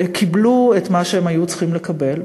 וקיבלו את מה שהם היו צריכים לקבל.